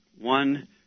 One